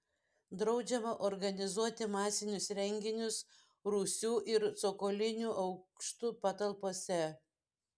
draudžiama organizuoti masinius renginius rūsių ir cokolinių aukštų patalpose